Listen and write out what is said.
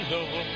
Lord